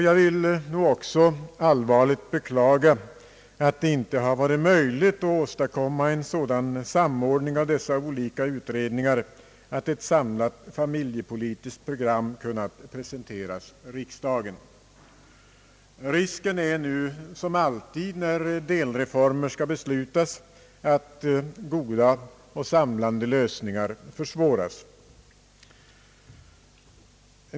Jag vill nu också allvarligt beklaga att det inte har varit möjligt att åstadkomma en sådan samordning av dessa olika utredningar att ett samlat familjepolitiskt program har kunnat presenteras för riksdagen. Risken är nu såsom alltid när delreformer skall beslutas att goda och samlande lösningar försvåras.